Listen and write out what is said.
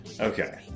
Okay